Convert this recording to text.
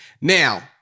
Now